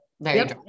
very-